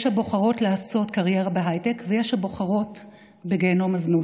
יש הבוחרות לעשות קריירה בהייטק ויש הבוחרות בגיהינום הזנות.